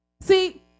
See